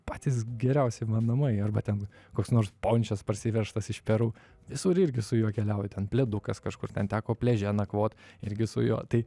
patys geriausi namai arba ten koks nors pončas parsivežtas iš peru visur irgi su juo keliauju ten pledukas kažkur ten teko pliaže nakvot irgi su juo tai